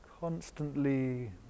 constantly